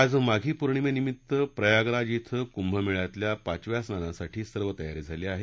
आज माधी पौर्णिमेनिमित्त प्रयागराज इथं कुंभ मेळ्यातल्या पाचव्या स्नानासाठी सर्व तयारी झाली आहे